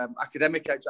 academic